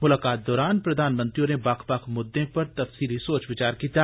मुलाकात दौरान प्रधानमंत्री होरे बक्ख बक्ख मुद्दे उप्पर तफसीली सोच विचार कीता